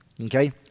Okay